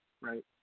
Right